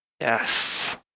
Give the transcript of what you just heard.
Yes